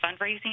fundraising